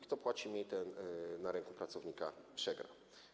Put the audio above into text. Kto płaci mniej, ten na rynku pracownika przegra.